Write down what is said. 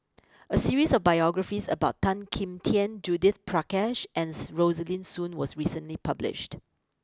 a series of biographies about Tan Kim Tian Judith Prakash and Rosaline Soon was recently published